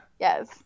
Yes